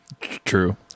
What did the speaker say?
True